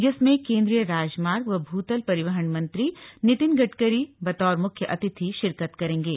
जिसमें केंद्रीय राजमार्ग व भू तल परिवहन मंत्री नितिन गडकरी बतौर मुख्य अतिथि शिरकत करेंगे